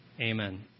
Amen